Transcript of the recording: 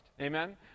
Amen